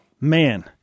Man